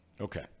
Okay